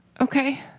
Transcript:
okay